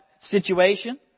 situation